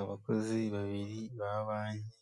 Abakozi babiri ba banki,